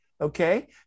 okay